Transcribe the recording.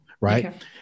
Right